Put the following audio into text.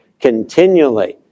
continually